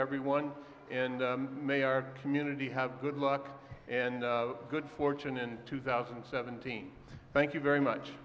everyone and may our community have good luck and good fortune in two thousand and seventeen thank you very much